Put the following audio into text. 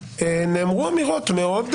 נאמרו אמירות מאוד,